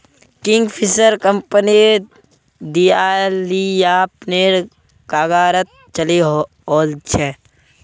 Kingfisher company दिवालियापनेर कगारत चली ओल छै